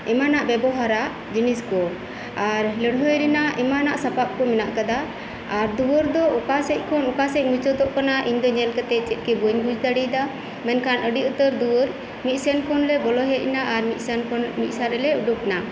ᱮᱢᱟᱱᱟᱜ ᱵᱮᱵᱚᱦᱟᱨᱟᱜ ᱡᱤᱱᱤᱥᱠᱩ ᱟᱨ ᱞᱟᱹᱲᱦᱟᱹᱭ ᱨᱮᱱᱟᱜ ᱮᱢᱟᱱᱟᱜ ᱥᱟᱯᱟᱵ ᱠᱩ ᱢᱮᱱᱟᱜ ᱟᱠᱟᱫᱟ ᱟᱨ ᱫᱩᱣᱟᱹᱨ ᱫᱚ ᱚᱠᱟᱥᱮᱫ ᱠᱷᱚᱱ ᱚᱠᱟᱥᱮᱫ ᱢᱩᱪᱟᱹᱛᱚᱜ ᱠᱟᱱᱟ ᱤᱧᱫᱚ ᱧᱮᱞ ᱠᱟᱛᱮᱫ ᱪᱮᱫᱜᱤ ᱵᱟᱹᱧ ᱵᱩᱡᱷ ᱫᱟᱲᱤᱭᱟᱠᱟᱫᱟ ᱢᱮᱱᱠᱷᱟᱱ ᱟᱹᱰᱤ ᱩᱛᱟᱹᱨ ᱫᱩᱣᱟᱹᱨ ᱢᱤᱫᱥᱮᱱ ᱠᱷᱚᱡᱞᱮ ᱵᱚᱞᱚ ᱦᱮᱡᱱᱟ ᱟᱨ ᱢᱤᱫᱥᱟ ᱨᱮᱞᱮ ᱩᱰᱩᱜ ᱮᱱᱟ